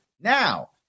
Now